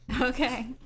okay